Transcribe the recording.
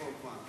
פולקמן.